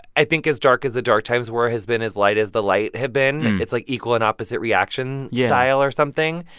i think as dark as the dark times were has been as light as the light had been. it's like equal and opposite reaction. yeah. style or something.